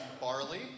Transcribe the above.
barley